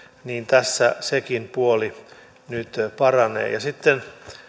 niin tässä sekin puoli nyt paranee sitten